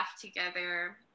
together